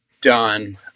done